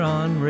on